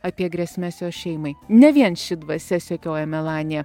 apie grėsmes jos šeimai ne vien ši dvasia sekioja melaniją